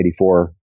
1984